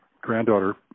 granddaughter